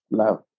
love